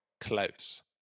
close